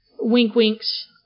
wink-winks